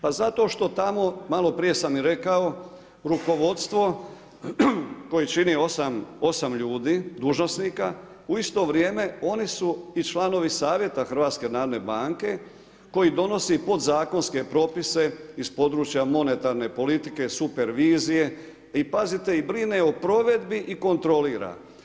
Pa zato što tamo, maloprije sam i rekao, rukovodstvo koje čini 8 ljudi, dužnosnika, u isto vrijeme oni su i članovi Savjeta HNB-a koji donosi podzakonske propise iz područja monetarne politike supervizije i pazite i brine o provedbi i kontrolira.